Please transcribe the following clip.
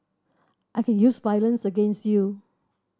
I can use violence against you